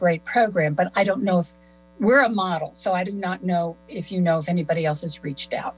great program but i don't know if we're a model so i did not know if you know if anybody else has reached out